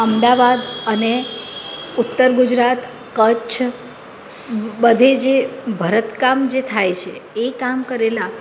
અમદાવાદ અને ઉત્તર ગુજરાત કચ્છ બધે જે ભરતકામ જે થાય છે એ કામ કરેલા